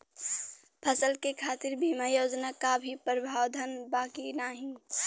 फसल के खातीर बिमा योजना क भी प्रवाधान बा की नाही?